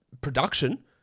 production